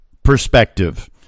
perspective